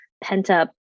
pent-up